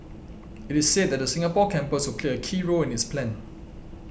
it is said that the Singapore campus will play a key role in its plan